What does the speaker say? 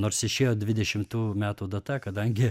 nors išėjo dvidešimtų metų data kadangi